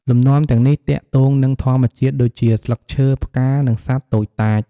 លំនាំទាំងនេះទាក់ទងនឹងធម្មជាតិដូចជា ស្លឹកឈើ, ផ្កា, និងសត្វតូចតាច។